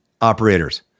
operators